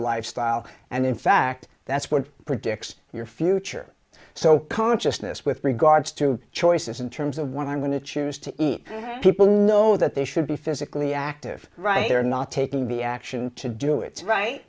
lifestyle and in fact that's what predicts your future so consciousness with regards to choices in terms of what i'm going to choose to eat people know that they should be physically active right they're not taking the action to do it right